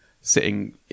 sitting